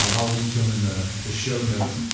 um ah will link to them in the the show notes,